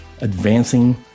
advancing